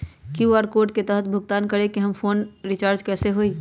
QR code के तहद भुगतान करके हम फोन रिचार्ज कैसे होई?